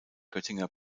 göttinger